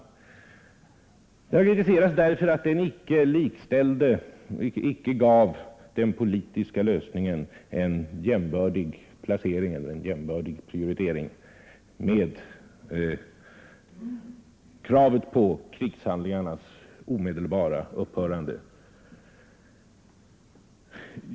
Vi har kritiserats, därför att resolutionen inte gav den politiska lösningen en jämbördig prioritering med kravet på krigshandlingarnas omedelbara upphörande.